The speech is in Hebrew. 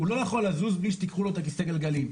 הוא לא יכול לזוז בלי שתיקחו לו את כיסא הגלגלים.